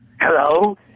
Hello